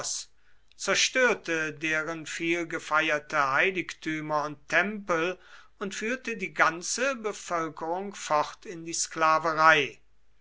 zerstörte deren vielgefeierte heiligtümer und tempel und führte die ganze bevölkerung fort in die sklaverei